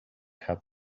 had